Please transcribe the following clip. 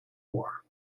war